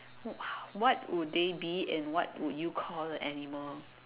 how what would they be and what would you call the animal